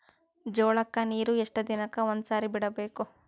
ಜೋಳ ಕ್ಕನೀರು ಎಷ್ಟ್ ದಿನಕ್ಕ ಒಂದ್ಸರಿ ಬಿಡಬೇಕು?